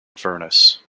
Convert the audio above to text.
furness